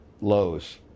lows